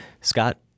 Scott